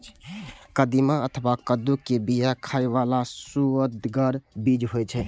कदीमा अथवा कद्दू के बिया खाइ बला सुअदगर बीज होइ छै